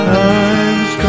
times